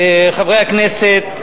חברי הכנסת,